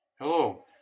hello